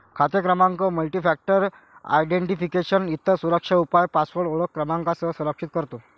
खाते क्रमांक multifactor identification, इतर सुरक्षा उपाय पासवर्ड ओळख क्रमांकासह संरक्षित करतो